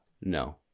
No